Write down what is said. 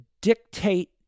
dictate